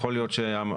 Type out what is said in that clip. יכול להיות שצריך